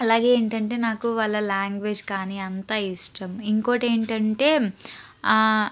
అలాగే ఏంటంటే నాకు వాళ్ళ లాంగ్వేజ్ కానీ అంతా ఇష్టం ఇంకోటి ఏంటంటే